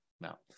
now